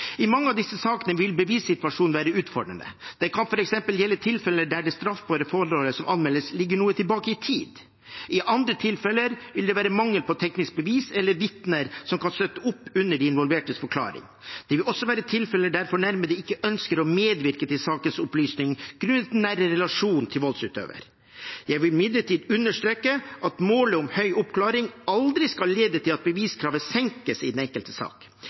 I mange av disse sakene vil bevissituasjonen være utfordrende. Det kan f.eks. gjelde tilfeller der det straffbare forholdet som anmeldes, ligger noe tilbake i tid. I andre tilfeller vil det være mangel på teknisk bevis eller vitner som kan støtte opp under de involvertes forklaring. Det vil også være tilfeller der fornærmede ikke ønsker å medvirke til sakens opplysning grunnet den nære relasjonen til voldsutøver. Jeg vil imidlertid understreke at målet om høy oppklaring aldri skal lede til at beviskravet senkes i den enkelte sak.